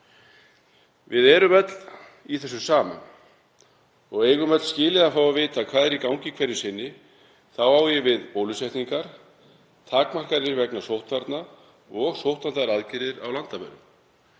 Við erum öll í þessu saman og eigum öll skilið að fá að vita hvað er í gangi hverju sinni. Þá á ég við bólusetningar, takmarkanir vegna sóttvarna og sóttvarnaaðgerðir á landamærum.